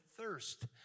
thirst